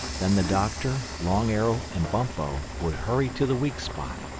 then the doctor, long arrow and bumpo would hurry to the weak spot,